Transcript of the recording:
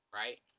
right